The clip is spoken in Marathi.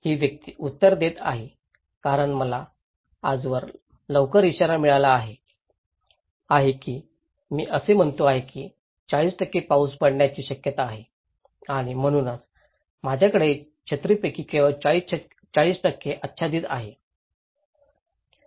ही व्यक्ती उत्तर देत आहे कारण मला आज लवकर इशारा मिळाला आहे आणि मी असे म्हणतो आहे की 40 पाऊस पडण्याची शक्यता आहे आणि म्हणूनच माझ्या छत्रीपैकी केवळ 40 आच्छादित आहे